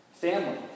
Family